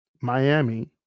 Miami